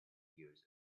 years